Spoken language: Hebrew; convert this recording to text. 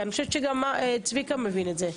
ואני חושבת שזה צביקה מבין את זה.